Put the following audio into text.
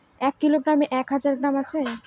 এক কিলোগ্রামে এক হাজার গ্রাম আছে